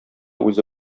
үзе